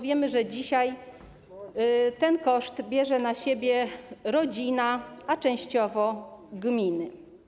Wiemy, że dzisiaj ten koszt bierze na siebie rodzina, a częściowo - gminy.